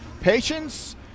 patience